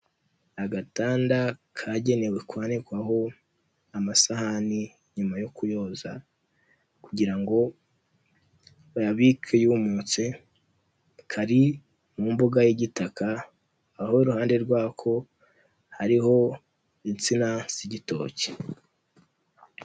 Agatanda kagenewe kwanikwaho amasahani nyuma yo kuyoza, kugira ngo bayabike yumutse, kari mu mbuga y'igitaka, aho iruhande rwako hariho insina z' igitoki.